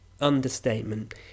understatement